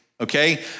okay